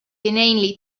inanely